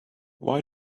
why